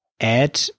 add